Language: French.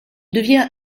devient